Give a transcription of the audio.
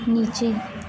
نیچے